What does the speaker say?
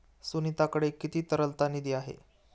सुनीताकडे किती तरलता निधी आहे?